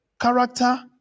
character